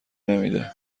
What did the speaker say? نمیده